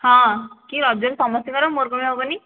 ହଁ କି ରଜରେ ସମସ୍ତଙ୍କର ମୋର କ'ଣ ପାଇଁ ହେବନି